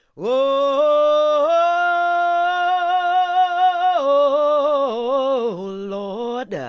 whoa, oh, lord,